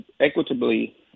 equitably